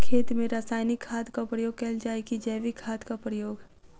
खेत मे रासायनिक खादक प्रयोग कैल जाय की जैविक खादक प्रयोग?